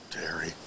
Derry